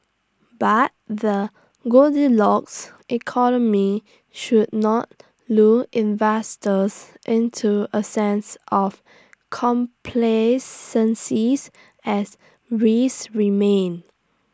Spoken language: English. but the goldilocks economy should not lull investors into A sense of complacencies as risk remain